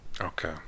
Okay